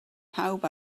pawb